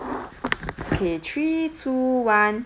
okay three two one